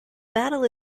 battle